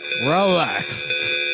Relax